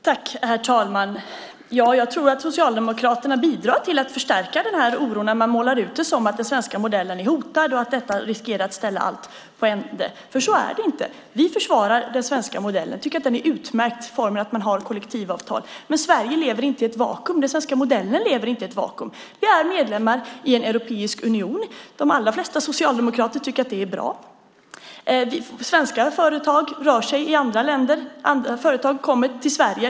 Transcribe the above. Herr talman! Jag tror att Socialdemokraterna bidrar till att förstärka oron när man målar upp det som att den svenska modellen är hotad och att det riskerar att ställa allt på ände. Så är det inte. Vi försvarar den svenska modellen. Vi tycker att det är en utmärkt form att man har kollektivavtal. Men Sverige och den svenska modellen lever inte i ett vakuum. Vi är medlemmar i Europeiska unionen. De allra flesta socialdemokrater tycker att det är bra. Svenska företag finns i andra länder, och andra företag kommer till Sverige.